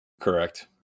Correct